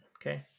Okay